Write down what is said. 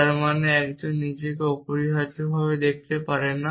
যার মানে একজন নিজেকে অপরিহার্যভাবে দেখতে পারে না